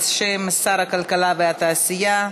בשם שר הכלכלה והתעשייה,